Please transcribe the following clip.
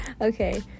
okay